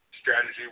Strategy